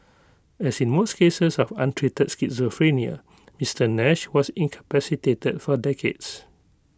as in most cases of untreated schizophrenia Mister Nash was incapacitated for decades